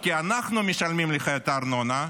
כי אנחנו משלמים לך את הארנונה,